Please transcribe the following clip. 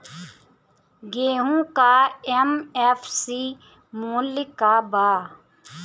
गेहू का एम.एफ.सी मूल्य का बा?